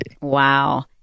Wow